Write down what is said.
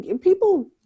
people